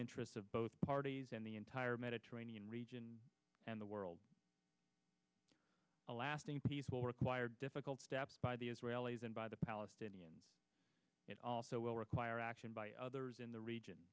interests of both parties and the entire mediterranean region and the world a lasting peace will require difficult steps by the israelis and by the palestinians it also will require action by others in the region